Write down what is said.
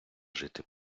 жити